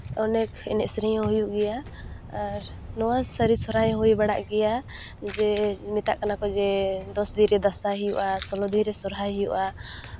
ᱚᱱᱮᱠ ᱮᱱᱮᱡ ᱥᱮᱨᱮᱧ ᱦᱚᱸ ᱦᱩᱭᱩᱜ ᱜᱮᱭᱟ ᱟᱨ ᱱᱚᱣᱟ ᱥᱟᱹᱨᱤ ᱥᱚᱨᱦᱟᱭ ᱦᱚᱸ ᱦᱩᱭ ᱵᱟᱲᱟᱜ ᱜᱮᱭᱟ ᱡᱮ ᱢᱮᱛᱟᱜ ᱠᱟᱱᱟ ᱠᱚ ᱡᱮ ᱫᱚᱥ ᱫᱚᱱᱨᱮ ᱫᱟᱸᱥᱟᱭ ᱦᱩᱭᱩᱜᱼᱟ ᱥᱳᱞᱚ ᱫᱤᱱᱨᱮ ᱥᱚᱨᱦᱟᱭ ᱦᱩᱭᱩᱜᱼᱟ